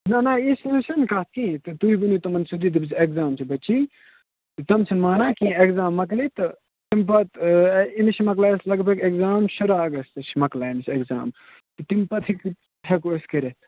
نہ نہ یہِ چھَنہٕ حظ چھِنہٕ کَتھ کِہیٖنٛۍ تہِ تُہۍ ؤنِو تِمن سیٚودُے دوٚپُس ایٚکزام چھُ بچی تِم چھِنہٕ مانان کیٚنٛہہ ایٚکزام مۅکلہِ تہٕ تمہِ بعد آ تہٕ أمِس چھُ مۅکلان اسہِ لگ بَگ ایٚکزام شُراہ اَگَستہٕ چھُ مۅکلان أمِس ایٚکزام تہٕ تَمہِ پَتہٕ ہیٚکِو ہیٚکو أسۍ کٔرِتھ